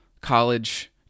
college